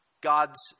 God's